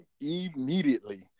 Immediately